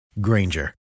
Granger